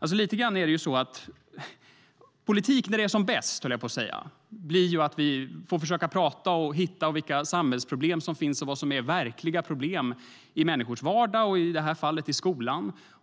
När politik är som bäst försöker vi diskutera och hitta vilka samhällsproblem som finns och vad som är verkliga problem i människors vardag - i det här fallet i skolan.